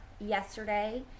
yesterday